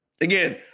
Again